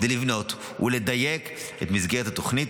כדי לבנות ולדייק את מסגרת התוכנית,